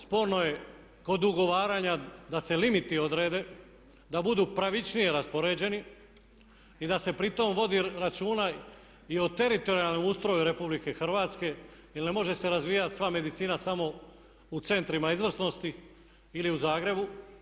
Sporno je kod ugovaranja da se limiti odrede, da budu pravičnije raspoređeni i da se pritom vodi računa i o teritorijalnom ustroju Republike Hrvatske jer ne može se razvijati sva medicina samo u centrima izvrsnosti ili u Zagrebu.